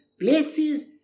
places